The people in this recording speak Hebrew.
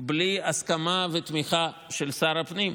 בלי הסכמה ותמיכה של שר הפנים,